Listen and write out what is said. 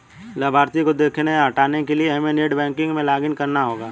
लाभार्थी को देखने या हटाने के लिए हमे नेट बैंकिंग में लॉगिन करना होगा